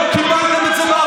לא קיבלתם את זה ב-1948,